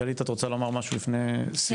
גלית, את רוצה לומר משהו לפני סיום?